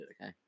okay